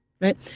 right